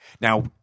Now